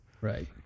Right